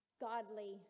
godly